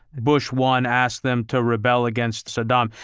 bush one asked them to rebel against saddam.